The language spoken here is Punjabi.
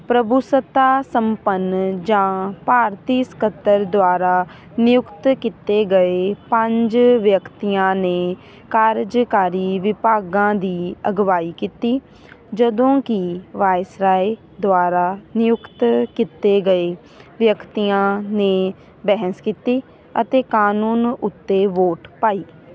ਪ੍ਰਭੂਸੱਤਾ ਸੰਪੰਨ ਜਾਂ ਭਾਰਤੀ ਸਕੱਤਰ ਦੁਆਰਾ ਨਿਯੁਕਤ ਕੀਤੇ ਗਏ ਪੰਜ ਵਿਅਕਤੀਆਂ ਨੇ ਕਾਰਜਕਾਰੀ ਵਿਭਾਗਾਂ ਦੀ ਅਗਵਾਈ ਕੀਤੀ ਜਦੋਂ ਕਿ ਵਾਇਸਰਾਏ ਦੁਆਰਾ ਨਿਯੁਕਤ ਕੀਤੇ ਗਏ ਵਿਅਕਤੀਆਂ ਨੇ ਬਹਿਸ ਕੀਤੀ ਅਤੇ ਕਾਨੂੰਨ ਉੱਤੇ ਵੋਟ ਪਾਈ